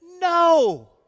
no